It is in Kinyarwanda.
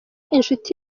inshuti